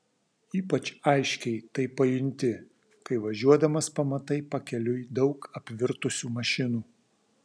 ypač aiškiai tai pajunti kai važiuodamas pamatai pakeliui daug apvirtusių mašinų